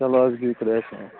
چلو حظ بِہِو خۄدایَس حوال